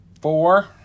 four